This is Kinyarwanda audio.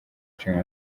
ishinga